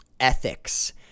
Ethics